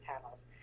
panels